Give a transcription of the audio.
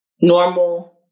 normal